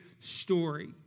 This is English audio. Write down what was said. story